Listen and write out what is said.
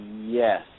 Yes